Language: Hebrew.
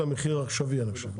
אלא מחיר עכשווי עכשיו.